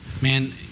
Man